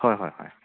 ꯍꯣꯏ ꯍꯣꯏ ꯍꯣꯏ